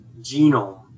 genome